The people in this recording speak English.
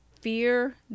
fear